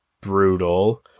brutal